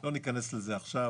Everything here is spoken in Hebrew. לא ניכנס לזה עכשיו,